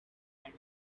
and